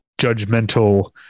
judgmental